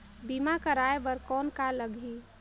बीमा कराय बर कौन का लगही?